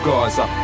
Gaza